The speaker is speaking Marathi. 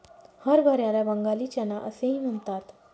हरभऱ्याला बंगाली चना असेही म्हणतात